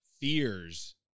fears